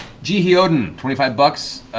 g e. oden, twenty five bucks.